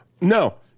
No